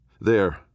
There